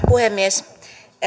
puhemies